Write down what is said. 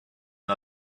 and